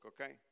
okay